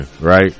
right